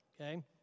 Okay